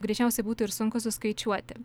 greičiausiai būtų ir sunku suskaičiuoti